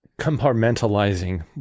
compartmentalizing